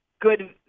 good